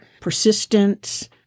persistence